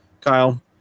Kyle